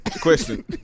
Question